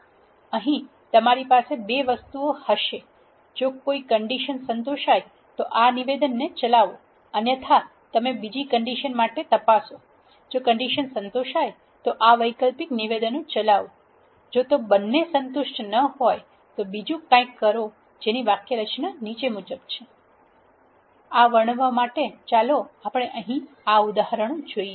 અહીં તમારી પાસે 2 વસ્તુઓ હશે જો કોઈ કંડિશન સંતોષાય તો આ નિવેદનને ચલાવો અન્યથા તમે બીજી કંડિશન માટે તપાસો જો તે કંડિશન સંતોષાય તો આ વૈકલ્પિક નિવેદનો ચલાવો જો તે બંને સંતુષ્ટ ન હોય તો બીજું કંઈક કરો જેની વાક્યરચના નીચે મુજબ છે આ વર્ણવવા માટે ચાલો આપણે અહીં આ ઉદાહરણ જોઇએ